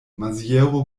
maziero